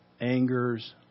Anger's